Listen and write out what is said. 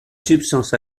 substance